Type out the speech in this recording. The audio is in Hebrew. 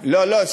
לא, לא.